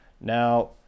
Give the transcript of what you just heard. now